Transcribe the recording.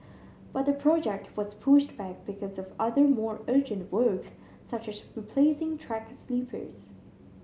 but the project was pushed back because of other more urgent works such as replacing track sleepers